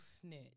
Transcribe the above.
snitch